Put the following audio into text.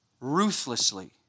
Ruthlessly